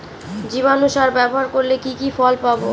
জীবাণু সার ব্যাবহার করলে কি কি ফল পাবো?